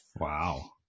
Wow